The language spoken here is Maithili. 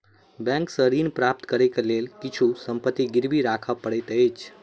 बैंक सॅ ऋण प्राप्त करै के लेल किछु संपत्ति गिरवी राख पड़ैत अछि